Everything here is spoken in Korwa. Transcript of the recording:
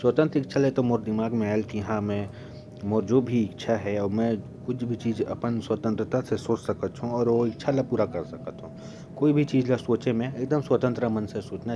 स्वतंत्र इच्छा से तो मेरे मन में यह बात आई। कि कोई भी चीज़ को एकदम स्वतंत्र रूप से सोचना चाहिए, और कोई भी कार्य को स्वतंत्र मन से करना चाहिए। मैं तो हमेशा स्वतंत्र मन से सोचता